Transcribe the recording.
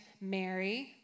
Mary